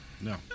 No